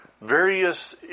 various